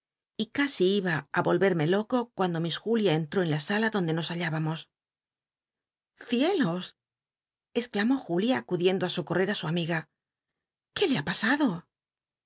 y casi iba á vollerme loco cuando miss julia entró en la sala donde nos halhibamos cielos exclamó julia acudiendo á socorter á su amiga qué le ha pasado